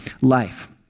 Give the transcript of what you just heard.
life